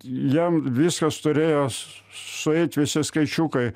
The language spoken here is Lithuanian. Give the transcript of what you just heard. jam viskas turėjo sueit visi skaičiukai